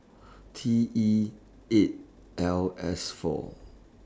T E eight L S four